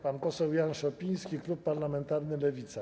Pan poseł Jan Szopiński, klub parlamentarny Lewica.